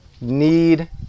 need